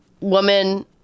woman